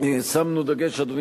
ואיננו מתעדכן באופן